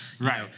Right